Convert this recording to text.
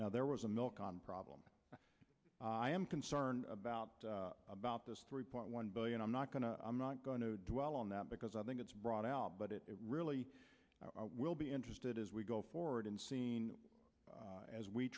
now there was a milk on problem i am concerned about about this three point one billion i'm not going to i'm not going to dwell on that because i think it's brought out but it really will be interested as we go forward and seen as we